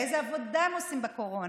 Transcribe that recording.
איזו עבודה הם עושים בקורונה.